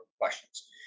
questions